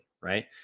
Right